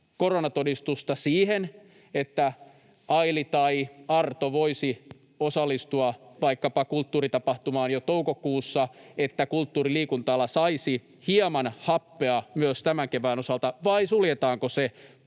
koronatodistusta siihen, että Aili tai Arto voisi osallistua vaikkapa kulttuuritapahtumaan jo toukokuussa, niin että kulttuuri‑ tai liikunta-ala saisi hieman happea myös tämän kevään osalta, vai suljetaanko se